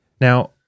Now